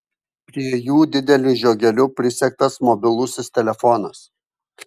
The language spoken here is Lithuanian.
prie jų dideliu žiogeliu prisegtas mobilusis telefonas